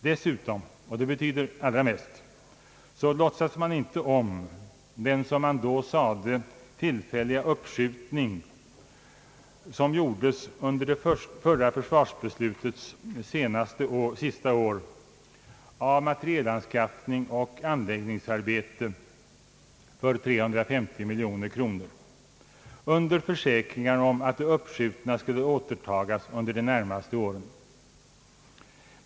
Dessutom — och det betyder allra mest — låtsas man inte om den, som man då sade, helt tillfälliga fördröjning som gjordes under det förra försvars beslutets sista år av materielanskaffning och anläggningsarbeten för 350 miljoner kronor, under försäkringar om att det uppskjutna skulle återtagas under de närmaste åren.